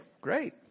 great